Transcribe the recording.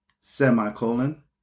semicolon